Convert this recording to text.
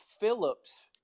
Phillips